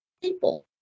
people